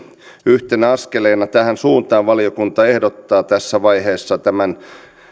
yhtenä askeleena tähän suuntaan valiokunta ehdottaa tässä vaiheessa